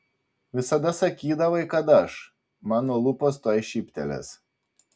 visada sakydavai kad aš mano lūpos tuoj šyptelės